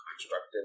constructive